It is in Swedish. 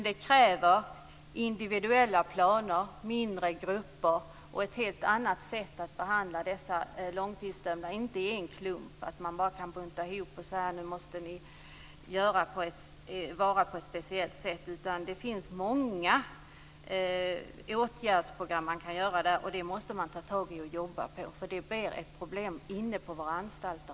Det krävs individuella planer, mindre grupper och ett helt annat sätt att behandla dessa långtidsdömda, dvs. inte i en klump, genom att bara bunta ihop dem och säga att de måste vara på ett speciellt sätt. Det finns många åtgärdsprogram som man kan använda där, och man måste ta tag i och jobba på det. Annars blir det ett problem inne på våra anstalter.